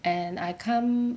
and I come